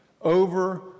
over